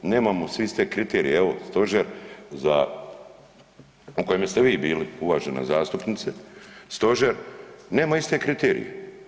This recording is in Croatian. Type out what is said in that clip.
Nemamo svi iste kriterije, evo stožer u kojemu ste vi bili, uvažena zastupnice, stožer nema iste kriterije.